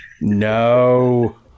No